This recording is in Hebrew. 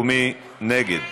ומי נגד?